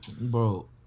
Bro